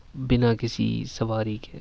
بنا کسی سواری کے